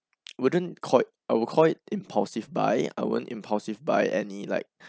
wouldn't call it I'd call it impulsive buy I wouldn't impulsive buy any like